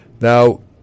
Now